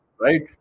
right